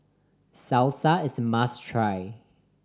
salsa is a must try